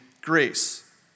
grace